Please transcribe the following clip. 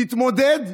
תתמודד,